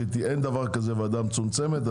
אין דבר כזה ועדה מצומצמת,